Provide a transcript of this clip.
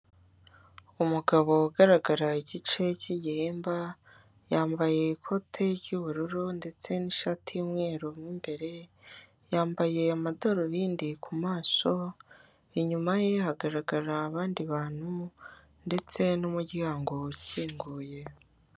Umugabo ugaragara igice k'igihimba yambaye ikote ry'ubururu ndetse n'ishati y'umweru mo imbere, yambaye amadarubindi ku maso, inyuma ye hagara abandi bantu ndetse n'umuryango ukinguye.